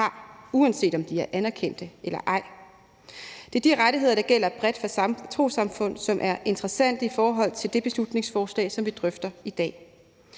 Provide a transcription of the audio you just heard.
uanset om de er anerkendte eller ej. Det er de rettigheder, der gælder bredt for trossamfund, som er interessante i forhold til det beslutningsforslag, som vi drøfter i dag.